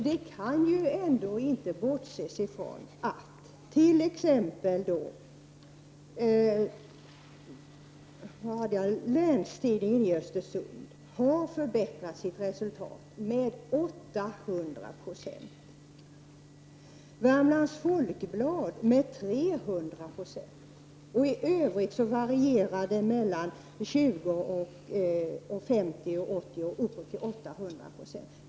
Det kan ändå inte bortses ifrån att t.ex. Länstidningen i Östersund har förbättrat sitt resultat med 800 26, Värmlands Folkblad med 300 96. I övrigt varierar det mellan 20, 50 och 80 26 och upp till 800 26.